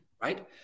right